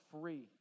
free